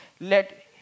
Let